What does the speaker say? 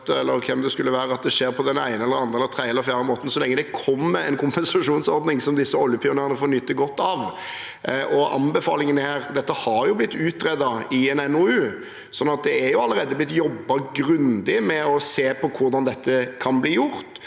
eller hvem det skulle være, at poenget er om det skjer på den ene eller andre eller tredje eller fjerde måten, så lenge det kommer en kompensasjonsordning som disse oljepionerene får nyte godt av, og som er anbefalingen. Dette har blitt utredet i en NOU, så det er allerede blitt jobbet grundig med å se på hvordan det kan bli gjort,